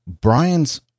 Brian's